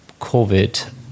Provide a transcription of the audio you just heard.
COVID